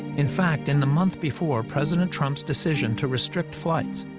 in fact, in the month before president trump's decision to restrict flights,